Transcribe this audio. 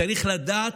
צריך לדעת